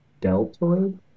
Deltoid